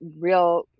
real